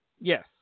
Yes